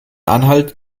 anhalt